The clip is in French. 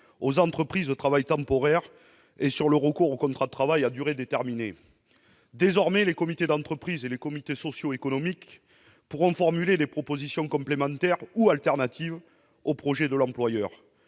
aux entreprises de travail temporaire et aux contrats de travail à durée déterminée. Désormais, les comités d'entreprise et les comités sociaux et économiques pourront formuler des propositions complémentaires ou alternatives au projet de l'employeur.